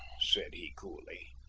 said he coolly,